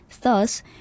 thus